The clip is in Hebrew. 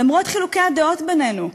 למרות חילוקי הדעות בינינו,